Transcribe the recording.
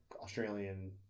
australian